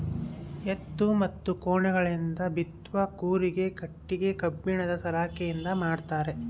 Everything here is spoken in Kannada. ಎತ್ತು ಅಥವಾ ಕೋಣಗಳಿಂದ ಬಿತ್ತುವ ಕೂರಿಗೆ ಕಟ್ಟಿಗೆ ಕಬ್ಬಿಣದ ಸಲಾಕೆಯಿಂದ ಮಾಡ್ತಾರೆ